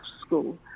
school